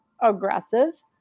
aggressive